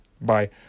bye